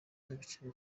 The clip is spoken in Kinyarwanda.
n’agaciro